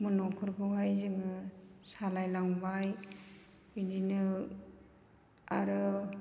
न'फोरखौहाय जोङो सालायलांबाय बिदिनो आरो